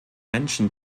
menschen